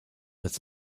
his